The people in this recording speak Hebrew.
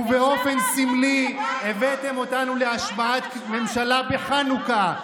ובאופן סמלי הבאתם אותנו להשבעת ממשלה בחנוכה.